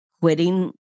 quitting